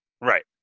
Right